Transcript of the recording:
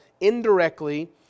indirectly